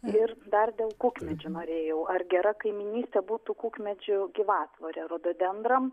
ir dar dėl kukmedžių norėjau ar gera kaimynystė būtų kukmedžių gyvatvorė rododendram